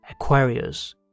Aquarius